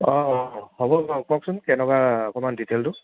অঁ অঁ হ'ব বাৰু কওকচোন কেনেকুৱা অকণমান ডিটেইলটো